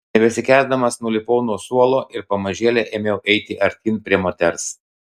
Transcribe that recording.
nebesikęsdamas nulipau nuo suolo ir pamažėle ėmiau eiti artyn prie moters